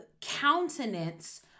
countenance